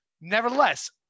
Nevertheless